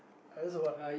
I just